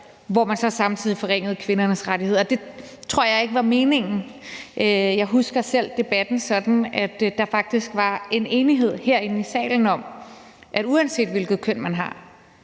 mens man så samtidig forringede kvindernes rettigheder, og det tror jeg ikke var meningen. Jeg husker selv debatten sådan, at der faktisk var en enighed herinde i salen om, at uanset hvilket køn man har,